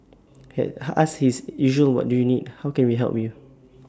had asked his usual what do you need how can we help you